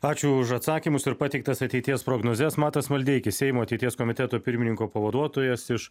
ačiū už atsakymus ir pateiktas ateities prognozes matas maldeikis seimo ateities komiteto pirmininko pavaduotojas iš